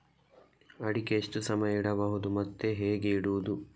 ಅಡಿಕೆ ಎಷ್ಟು ಸಮಯ ಇಡಬಹುದು ಮತ್ತೆ ಹೇಗೆ ಇಡುವುದು?